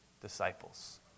disciples